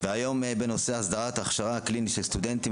והיום בנושא הסדרת ההכשרה הקלינית של סטודנטים